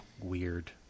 weird